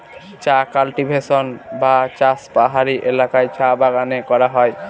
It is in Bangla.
চা কাল্টিভেশন বা চাষ পাহাড়ি এলাকায় চা বাগানে করা হয়